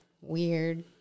weird